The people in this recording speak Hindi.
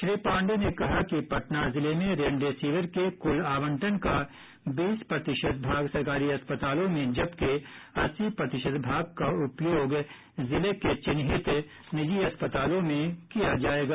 श्री पांडेय ने कहा कि पटना जिले में रेमडेसिविर के क्ल आवंटन का बीस प्रतिशत भाग सरकारी अस्पतालों में जबकि अस्सी प्रतिशत भाग का उपयोग जिले के चिह्नित निजी अस्पतालों में किया जायेगा